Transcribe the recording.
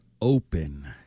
open